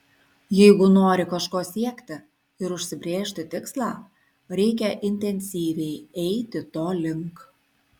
jeigu nori kažko siekti ir užsibrėžti tikslą reikia intensyviai eiti to link